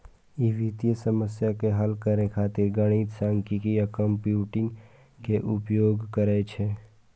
ई वित्तीय समस्या के हल करै खातिर गणित, सांख्यिकी आ कंप्यूटिंग के उपयोग करै छै